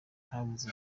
havutse